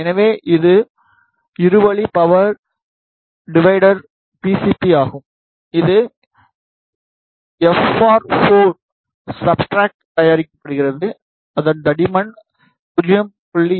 எனவே இது இரு வழி பவர் டிவிடெர்க்கான பிசிபி ஆகும் இது எஃப்ஆர் 4 சப்ஸ்ட்ரட் தயாரிக்கப்படுகிறது அதன் தடிமன் 0